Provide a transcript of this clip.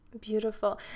beautiful